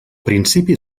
principi